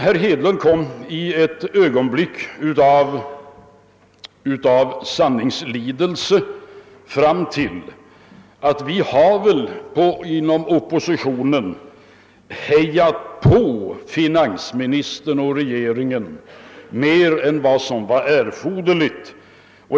Herr Hedlund kom sedan i ett ögonblick av sanningslidelse fram till att man inom oppositionen kanske hade hejat på finansministern och regeringen mer än vad som varit erforderligt.